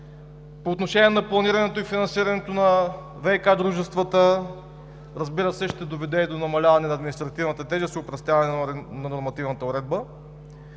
по отношение на планирането и финансирането на ВиК дружествата, разбира се, ще доведе и до намаляване на административната тежест и опростяване на нормативната уредба.